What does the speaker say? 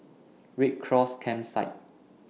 Red Cross Campsite